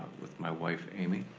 with my wife amy,